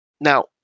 Now